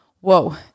whoa